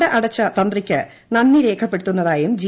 നട അടച്ച തന്ത്രിക്ക് നന്ദി രേഖപ്പെടുത്തുന്നതായും ജി